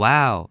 Wow